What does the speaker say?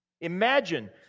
Imagine